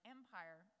Empire